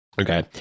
okay